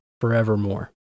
forevermore